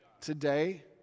Today